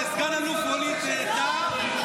וסגן אלוף ווליד טאהא.